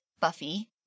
Buffy